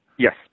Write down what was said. Yes